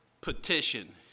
petition